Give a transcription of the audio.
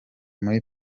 muri